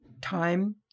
Time